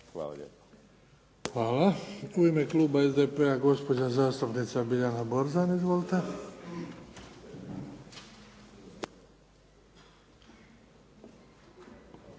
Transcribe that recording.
(HDZ)** Hvala. U ime kluba SDP-a gospođa zastupnica Biljana Borzan. Izvolite.